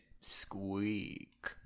squeak